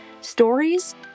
Stories